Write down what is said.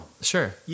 Sure